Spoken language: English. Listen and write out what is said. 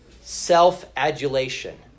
self-adulation